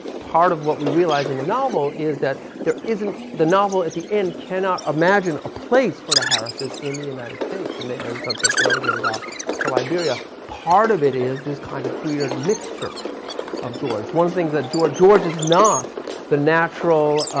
part of what we realize in the novel is that there isn't, the novel at the end cannot imagine a place for the harris' in the united states and they are in some sense relegated off to liberia. part of it is this kind of weird mixture of george. one thing that george, george is not the natural,